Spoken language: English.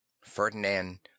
Ferdinand